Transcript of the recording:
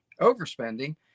overspending